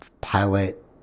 pilot